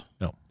No